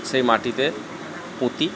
সেই মাটিতে পুঁতি